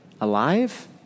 alive